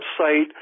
website